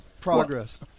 progress